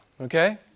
okay